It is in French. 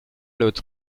lot